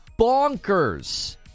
bonkers